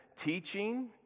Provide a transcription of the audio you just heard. teaching